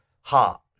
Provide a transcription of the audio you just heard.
heart